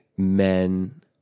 Men